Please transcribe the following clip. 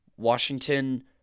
Washington